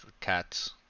cats